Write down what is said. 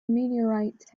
meteorite